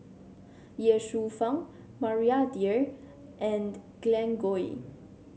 Ye Shufang Maria Dyer and Glen Goei